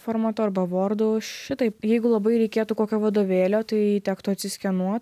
formatu arba vordu šitaip jeigu labai reikėtų kokio vadovėlio tai tektų atsiskenuot